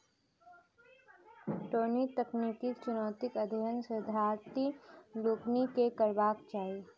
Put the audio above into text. पटौनीक तकनीकी चुनौतीक अध्ययन शोधार्थी लोकनि के करबाक चाही